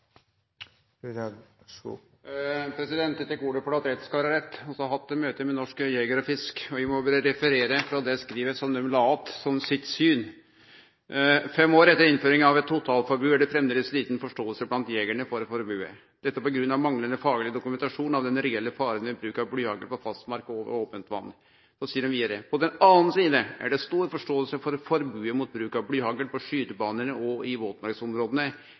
har hatt møte med Norges Jeger- og Fiskerforbund, og eg må berre referere frå det skrivet som dei la fram som sitt syn: «Fem år etter innføring av et totalforbud er det fremdeles liten forståelse blant jegerne for forbudet. Dette på grunn av manglende faglig dokumentasjon av den reelle faren ved bruk av blyhagl på fastmark og over åpent vann.» Dei seier vidare: «På den annen side er det stor forståelse for forbudet mot bruk av blyhagl på skytebanene og i våtmarksområdene,